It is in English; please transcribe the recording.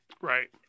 Right